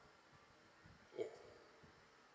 yeah